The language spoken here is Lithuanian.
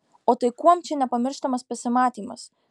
o tai kuom čia nepamirštamas pasimatymas